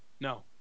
no